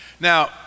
Now